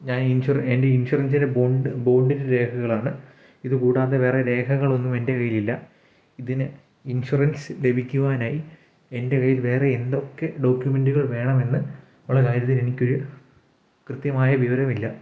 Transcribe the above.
ഞാൻ ഈ ഇൻഷു എൻ്റെ ഇൻഷുറൻസിൻ്റെ ബോണ്ടിൻറെ രേഖകളാണ് ഇത് കൂടാതെ വേറെ രേഖകളൊന്നും എൻ്റെ കയ്യിലില്ല ഇതിന് ഇൻഷുറൻസ് ലഭിക്കുവാനായി എൻ്റെ കയ്യിൽ വേറെ എന്തൊക്കെ ഡോക്യൂമെൻറുകൾ വേണമെന്ന് ഉള്ള കാര്യത്തിൽ എനിക്കൊരു കൃത്യമായ വിവരമില്ല